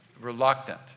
reluctant